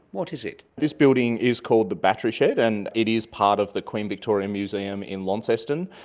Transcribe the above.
what is it? this building is called the battery shed and it is part of the queen victoria museum in launceston.